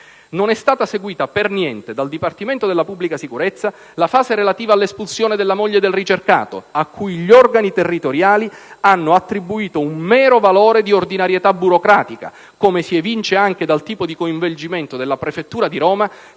Non è stata seguita per niente dal Dipartimento della Pubblica sicurezza la fase relativa all'espulsione della moglie del ricercato, a cui gli organi territoriali hanno attribuito un mero valore di ordinarietà burocratica, come la si evince anche dal tipo di coinvolgimento della prefettura di Roma